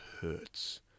hurts